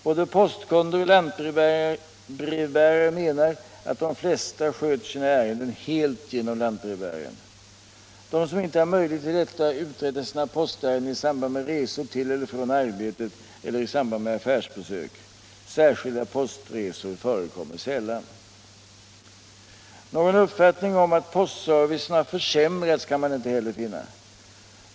Både postkunder och lantbrevbärare menar att de flesta sköter sina ärenden helt genom lantbrevbäraren. De som inte har möjlighet till detta uträttar sina postärenden i samband med resor till eller från arbetet eller i samband med affärsbesök. Särskilda postresor förekommer sällan. Någon uppfattning att postservicen har försämrats kan man inte heller finna.